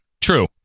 True